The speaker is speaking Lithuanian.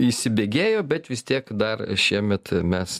įsibėgėjo bet vis tiek dar šiemet mes